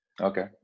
Okay